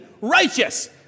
righteous